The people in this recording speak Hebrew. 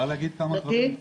אני